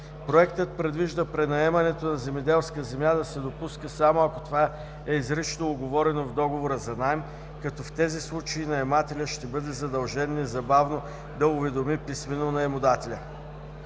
Проектът предвижда пренаемането на земеделска земя да се допуска само ако това е изрично уговорено в договора за наем, като в тези случаи наемателят ще бъде задължен незабавно да уведоми писмено наемодателя.